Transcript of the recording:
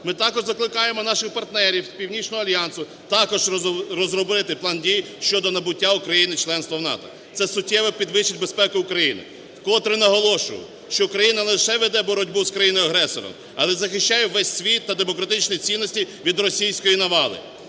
Ми також закликаємо наших партнерів з Північного альянсу, також розробити План дій щодо набуття Україною членства в НАТО – це суттєво підвищить безпеку України. Вкотре наголошую, що Україна не лише веде боротьбу з країною-агресором, але й захищає весь світ та демократичні цінності від російської навали.